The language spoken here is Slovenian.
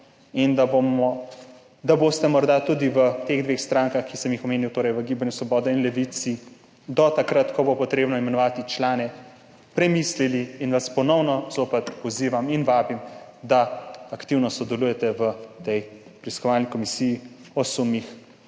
in da boste morda tudi v teh dveh strankah, ki sem jih omenil, torej v Gibanju Svoboda in Levici, do takrat, ko bo treba imenovati člane, premislili. Ponovno vas pozivam in vabim, da aktivno sodelujete v tej preiskovalni komisiji o sumih